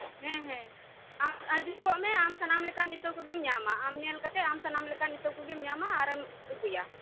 ᱦᱮ ᱦᱮᱸ ᱟᱢ ᱦᱤᱡᱩᱜ ᱢᱮ ᱟᱢ ᱥᱟᱱᱟᱢ ᱞᱮᱠᱟᱱ ᱤᱛᱟᱹ ᱠᱚᱜᱮᱢ ᱧᱟᱢᱟ ᱟᱢ ᱧᱮᱞ ᱠᱟᱛᱮᱫ ᱟᱢ ᱥᱟᱱᱟᱢ ᱞᱮᱠᱟᱱ ᱤᱛᱟᱹ ᱠᱚᱜᱮᱢ ᱧᱟᱢᱟ ᱟᱨᱮᱢ ᱤᱫᱤᱭᱟ